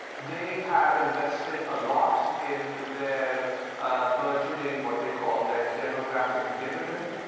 they have invested a lot in their burgeoning what they call their demographic dividend,